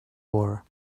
war